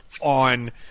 on